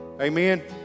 Amen